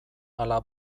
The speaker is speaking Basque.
ala